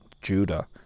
Judah